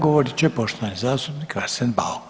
Govorit će poštovani zastupnik Arsen Bauk.